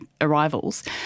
arrivals